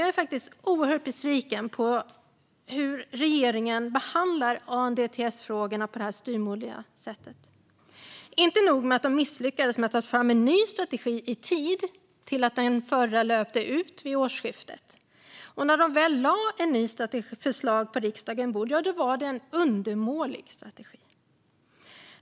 Jag är oerhört besviken på hur styvmoderligt regeringen behandlar ANDTS-frågorna. Inte nog med att den misslyckades med att ta fram en ny strategi i tid till att den förra löpte ut vid årsskiftet; när regeringen väl lade ett förslag på riksdagens bord var det en undermålig strategi.